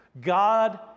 God